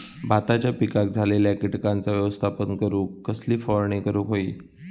भाताच्या पिकांक झालेल्या किटकांचा व्यवस्थापन करूक कसली फवारणी करूक होई?